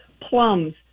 plums